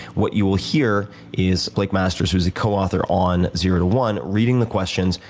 what you will hear is blake masters who is the co-author on zero to one reading the questions,